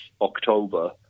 October